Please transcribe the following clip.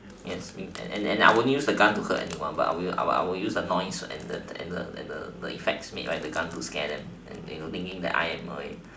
yes and and I won't use the gun to hurt anyone but I will I I will use the noise and the and the and the effects made by the gun to scare them and they would be thinking that I am a